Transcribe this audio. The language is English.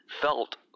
felt